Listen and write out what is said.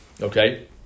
Okay